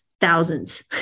thousands